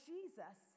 Jesus